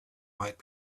might